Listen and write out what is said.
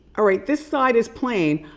all right this side is plain.